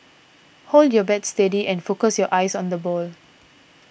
hold your bat steady and focus your eyes on the ball